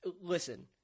listen